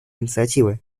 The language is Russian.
инициатива